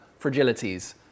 fragilities